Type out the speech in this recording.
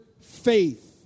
faith